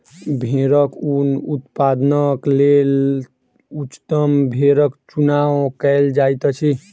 भेड़क ऊन उत्पादनक लेल उच्चतम भेड़क चुनाव कयल जाइत अछि